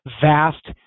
vast